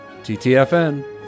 TTFN